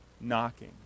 knocking